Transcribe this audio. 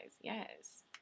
Yes